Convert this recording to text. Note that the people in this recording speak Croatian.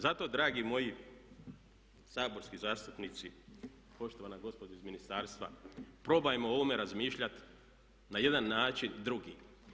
Zato dragi moji saborski zastupnici, poštovana gospođo iz ministarstva probajmo o ovome razmišljati na jedan način drugi.